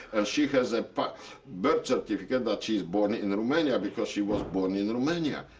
she has a but birth certificate that she is born in romania because she was born in romania.